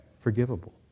forgivable